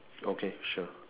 okay sure